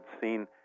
seen